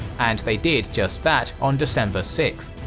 and they did just that on december sixth.